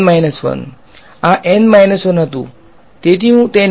વિદ્યાર્થી N 1